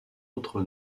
autre